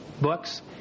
books